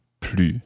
plus